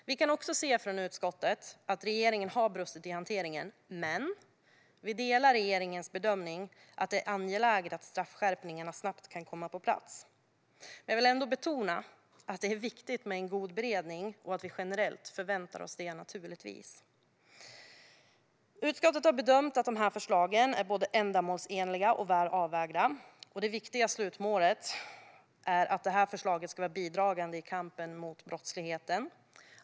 Vi i utskottet kan se att regeringen har brustit i hanteringen, men vi delar regeringens bedömning att det är angeläget att straffskärpningarna snabbt kan komma på plats. Jag vill ändå betona att det är viktigt med en god beredning och att vi generellt naturligtvis förväntar oss en sådan. Utskottet har bedömt att de här förslagen är både ändamålsenliga och väl avvägda. Det viktiga slutmålet är att förslaget ska vara bidragande i kampen mot brottsligheten.